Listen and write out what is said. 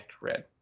Red